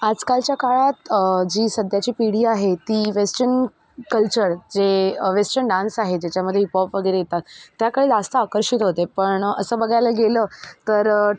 आजकालच्या काळात जी सध्याची पिढी आहे ती वेस्टर्न कल्चर जे वेस्टर्न डान्स आहे ज्याच्यामध्ये हिपॉप वगैरे येतात त्याकडे जास्त आकर्षित होते पण असं बघायला गेलं तर